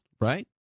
right